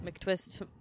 McTwist